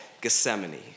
Gethsemane